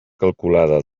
calculada